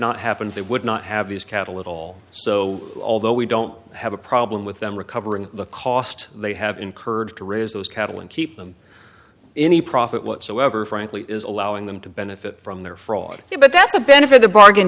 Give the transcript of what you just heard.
not happened they would not have these cattle at all so although we don't have a problem with them recovering the cost they have incurred to raise those cattle and keep them any profit whatsoever frankly is allowing them to benefit from their fraud but that's a benefit the bargain